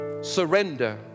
surrender